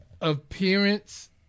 appearance